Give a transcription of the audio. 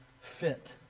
fit